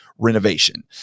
renovation